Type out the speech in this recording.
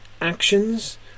actions